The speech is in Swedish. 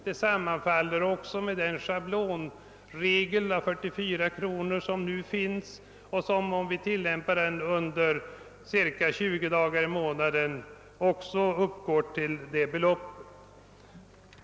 Det sammanfaller också med den schablonregel som nu finns för ett avdrag på 44 kronor; om den tillämpas under cirka 20 dagar i månaden, uppgår avdraget till ungefär detta belopp.